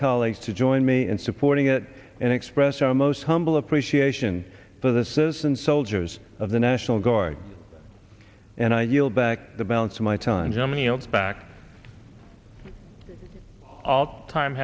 colleagues to join me in supporting it and express our most humble appreciation for the citizen soldiers of the national guard and i yield back the balance of my time germany back all t